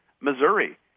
Missouri